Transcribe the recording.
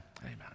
Amen